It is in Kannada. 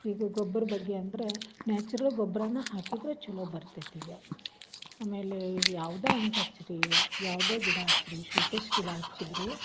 ಇದು ಗೊಬ್ರ ಬಗ್ಗೆ ಅಂದರೆ ನ್ಯಾಚುರಲ್ ಗೊಬ್ಬರನ ಹಾಕಿದ್ದರೆ ಚಲೋ ಬರ್ತೈತಿ ಈಗ ಆಮೇಲೆ ಈಗ ಯಾವುದೇ ಹಣ್ಣು ಟಚ್ರಿಯ ಯಾವುದೇ ಗಿಡ ಹಚ್ರಿ ಶೋಕೇಶ್ ಗಿಡ ಹಚ್ಚಿದ್ದರು